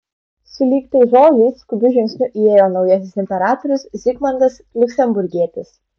sulig tais žodžiais skubiu žingsniu įėjo naujasis imperatorius zigmantas liuksemburgietis